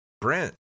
Brent